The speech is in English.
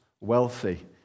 wealthy